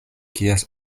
kies